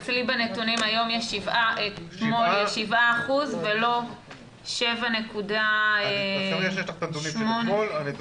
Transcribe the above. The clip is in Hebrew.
אצלי בנתונים אתמול יש 7% ולא 7.8%. אז יש לך את הנתונים של שלשום.